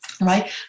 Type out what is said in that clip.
right